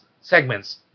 segments